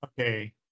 Okay